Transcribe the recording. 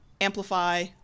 amplify